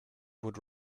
would